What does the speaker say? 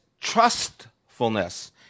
trustfulness